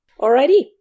alrighty